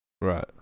right